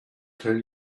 tell